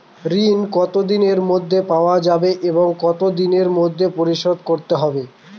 ঋণ কতদিনের মধ্যে পাওয়া যাবে এবং কত দিনের মধ্যে পরিশোধ করতে হবে?